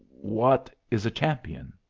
wot is a champion?